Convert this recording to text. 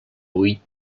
huit